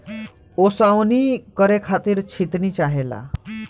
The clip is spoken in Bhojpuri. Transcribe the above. ओसवनी करे खातिर छितनी चाहेला